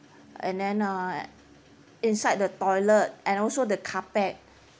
and then uh inside the toilet and also the carpet